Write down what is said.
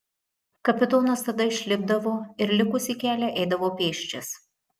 kapitonas tada išlipdavo ir likusį kelią eidavo pėsčias